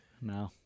No